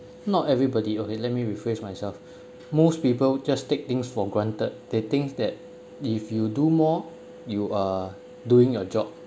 not everybody okay let me rephrase myself most people just take things for granted they think that if you do more you are doing your job but